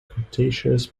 cretaceous